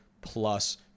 plus